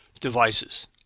devices